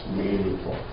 meaningful